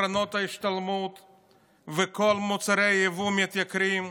בקרנות ההשתלמות, וכל מוצרי היבוא מתייקרים,